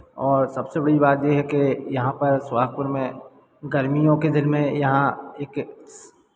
और सबसे बड़ी बात ये है कि यहाँ पर सोहागपुर में गर्मियों के दिन में यहाँ एक